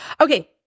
Okay